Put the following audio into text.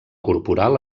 corporal